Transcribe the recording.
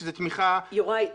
שזה תמיכה --- יוראי,